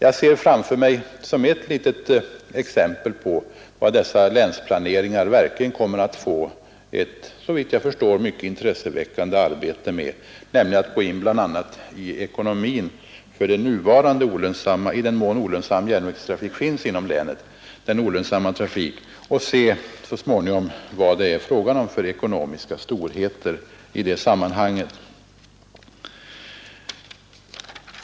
Jag ser framför mig ett litet exempel på vad dessa länsplaneringar verkligen kommer att få ett såvitt jag förstår mycket intresseväckande arbete med, nämligen att gå in bland annat i ekonomin för den olönsamma trafiken — i den mån olönsam järnvägstrafik förekommer inom länet — och så småningom se vad det är fråga om för ekonomiska storheter i det sammanhanget.